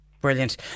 Brilliant